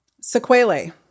sequelae